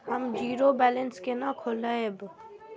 हम zero balance केना खोलैब?